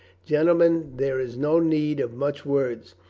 gentlemen, there is no need of much words,